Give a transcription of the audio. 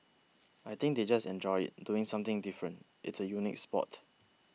I think they just enjoy it doing something different it's a unique sport